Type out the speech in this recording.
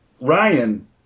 Ryan